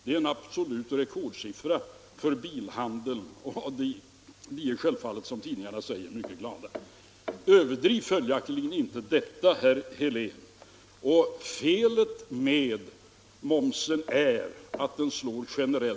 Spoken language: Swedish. Det är en absolut rekordsiffra för bilhandeln, och bilhandlarna är självfallet som tidningarna säger mycket glada. Överdriv följaktligen inte detta med momssänkningen, herr Helén. Felet med den är att den slår generellt.